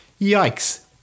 Yikes